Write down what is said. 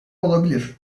olabilir